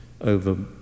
over